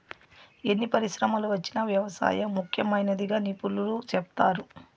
ఎన్ని పరిశ్రమలు వచ్చినా వ్యవసాయం ముఖ్యమైనదిగా నిపుణులు సెప్తారు